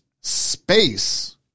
space